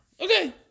Okay